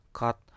cut